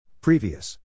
Previous